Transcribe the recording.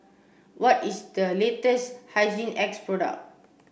what is the latest Hygin X product